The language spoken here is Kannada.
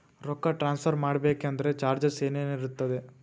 ರೊಕ್ಕ ಟ್ರಾನ್ಸ್ಫರ್ ಮಾಡಬೇಕೆಂದರೆ ಚಾರ್ಜಸ್ ಏನೇನಿರುತ್ತದೆ?